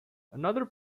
another